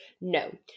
no